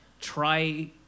try